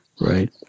Right